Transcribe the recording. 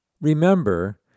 Remember